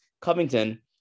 Covington